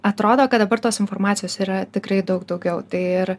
atrodo kad dabar tos informacijos yra tikrai daug daugiau tai ir